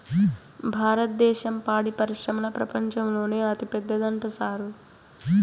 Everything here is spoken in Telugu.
భారద్దేశం పాడి పరిశ్రమల ప్రపంచంలోనే అతిపెద్దదంట సారూ